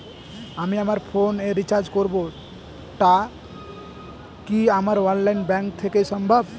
আমি আমার ফোন এ রিচার্জ করব টা কি আমার অনলাইন ব্যাংক থেকেই সম্ভব?